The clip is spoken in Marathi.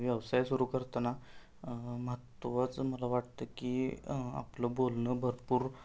व्यवसाय सुरू करताना महत्त्वाचं मला वाटतं की आपलं बोलणं भरपूर